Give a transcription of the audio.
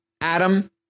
Adam